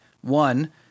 One